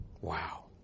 Wow